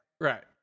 Right